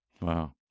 Wow